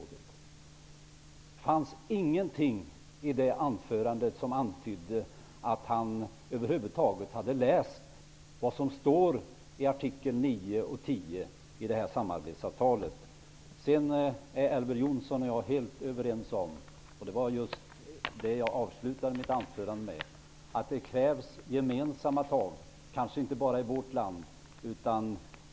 Det fanns ingenting i det anförandet som antydde att han över huvud taget hade läst vad som står i artiklarna 9 och 10 i det här samarbetsavtalet. Elver Jonsson och jag är helt överens om, och det var just det jag avslutade mitt anförande med, att det krävs gemensamma tag, kanske inte bara i vårt land.